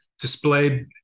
displayed